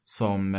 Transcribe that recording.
som